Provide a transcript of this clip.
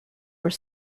were